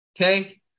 okay